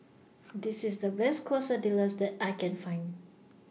This IS The Best Quesadillas that I Can Find